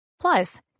Plus